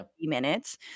minutes